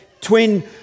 twin